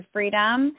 Freedom